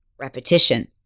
Repetition